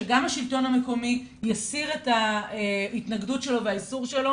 שגם השלטון המקומי יסיר את ההתנגדות שלו ואת האיסור שלו